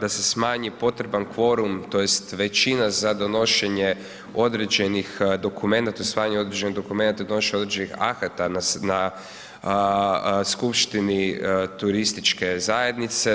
da se smanji potreban kvorum tj. većina za donošenje određenih dokumenta, usvajanje određenih dokumenata i donošenje određenih akata na skupštini turističke zajednice.